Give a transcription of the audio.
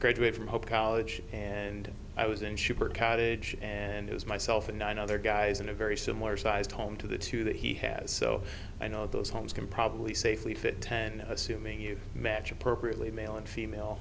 graduate from hope college and i was in shipper cottage and it was myself and nine other guys in a very similar sized home to the two that he has so i know those homes can probably safely fit ten assuming you match appropriately male and female